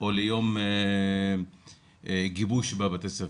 או ליום גיבוש בבתי הספר,